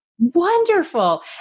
wonderful